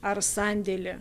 ar sandėlį